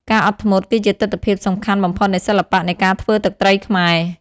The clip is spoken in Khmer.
ការអត់ធ្មត់ គឺជាទិដ្ឋភាពសំខាន់បំផុតនៃសិល្បៈនៃការធ្វើទឹកត្រីខ្មែរ។